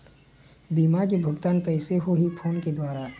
बीमा के भुगतान कइसे होही फ़ोन के द्वारा?